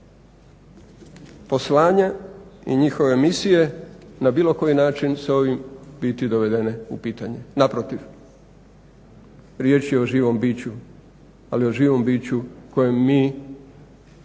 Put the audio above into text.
poslanja i njihove misije na bilo koji način sa ovim biti dovedene u pitanje, naprotiv. Riječ je o živom biću ali o živom biću kojem mi koji